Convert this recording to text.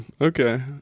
Okay